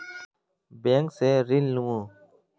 Bank से ऋण लुमू?